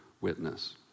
witness